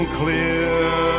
clear